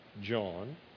John